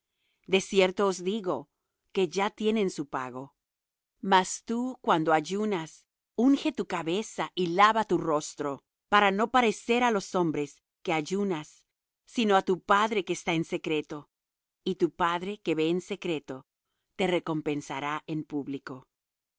cierto os digo que ya tienen su pago mas tú cuando ayunas unge tu cabeza y lava tu rostro para no parecer á los hombres que ayunas sino á tu padre que está en secreto y tu padre que ve en secreto te recompensará en público